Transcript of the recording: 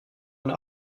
eine